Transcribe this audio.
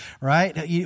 right